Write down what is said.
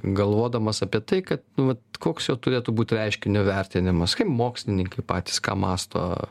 galvodamas apie tai kad nu vat koks jo turėtų būt reiškinio vertinimas kaip mokslininkai patys ką mąsto